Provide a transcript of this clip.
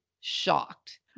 shocked